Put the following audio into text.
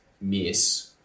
Miss